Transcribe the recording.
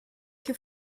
che